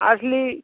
আসলে